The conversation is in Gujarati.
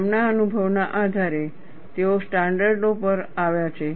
તેમના અનુભવના આધારે તેઓ સ્ટાન્ડર્ડો પર આવ્યા છે